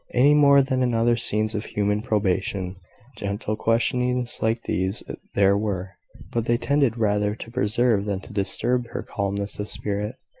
any more than in other scenes of human probation gentle questionings like these there were but they tended rather to preserve than to disturb her calmness of spirit.